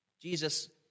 Jesus